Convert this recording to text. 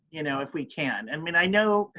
you know, if we can and when i know,